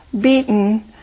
beaten